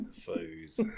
foes